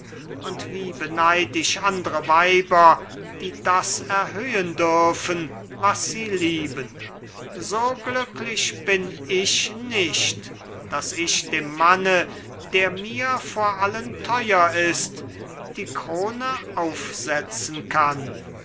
und wie beneid ich andre weiber die das erhöhen dürfen was sie lieben so glücklich bin ich nicht daß ich dem manne der mir vor allen teuer ist die krone aufsetzen kann